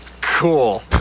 Cool